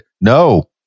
no